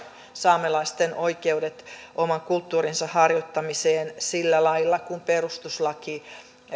saamelaisten oikeudet oman kulttuurinsa harjoittamiseen sillä lailla kuin perustuslaki